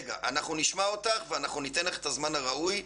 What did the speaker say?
אנחנו נשמע אותך וניתן לך את הזמן הראוי,